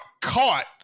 caught